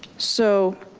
so